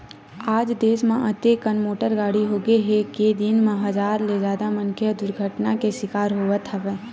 आज देस म अतेकन मोटर गाड़ी होगे हे के दिन म हजार ले जादा मनखे ह दुरघटना के सिकार होवत हवय